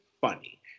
funny